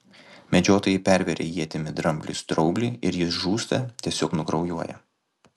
medžiotojai perveria ietimi drambliui straublį ir jis žūsta tiesiog nukraujuoja